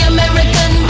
American